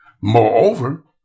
Moreover